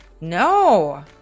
No